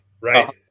right